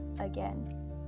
again